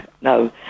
no